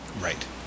Right